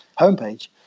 homepage